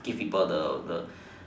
give people the the